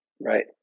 Right